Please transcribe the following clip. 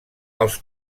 als